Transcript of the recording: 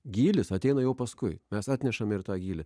gylis atėnai o paskui mes atnešame ir tą gylį